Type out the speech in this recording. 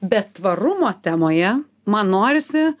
bet tvarumo temoje man norisi